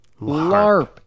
LARP